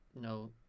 no